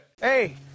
hey